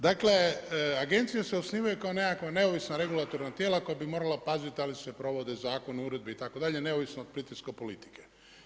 Dakle agencije se osnivaju kao nekakva neovisna regulatorna tijela koja bi morala paziti da li se provode Zakon o uredbi itd., neovisno od pritiska politike.